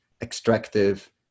extractive